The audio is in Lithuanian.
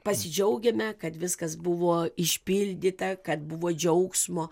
pasidžiaugiame kad viskas buvo išpildyta kad buvo džiaugsmo